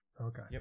okay